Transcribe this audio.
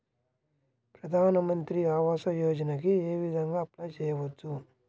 ప్రధాన మంత్రి ఆవాసయోజనకి ఏ విధంగా అప్లే చెయ్యవచ్చు?